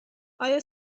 آیا